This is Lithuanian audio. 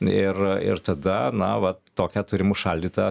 ir ir tada na vat tokią turim užšaldytą